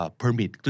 permit